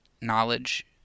knowledge